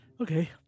okay